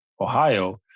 Ohio